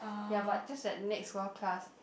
ya but just that next door class